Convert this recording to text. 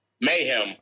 Mayhem